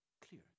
clear